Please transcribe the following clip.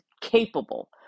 capable